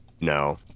No